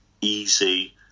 easy